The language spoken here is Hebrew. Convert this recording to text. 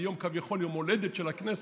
ביום הולדת של הכנסת,